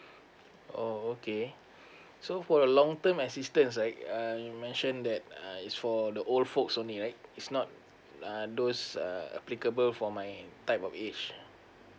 oh okay so for a long term assistance right uh you mentioned that uh it's for the old folks only right it's not uh those uh applicable for my type of age